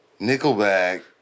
Nickelback